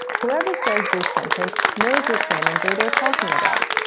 whoever says this sentence knows which manager they're talking about.